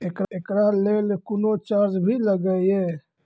एकरा लेल कुनो चार्ज भी लागैये?